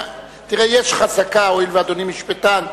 הואיל ואדוני משפטן,